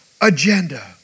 agenda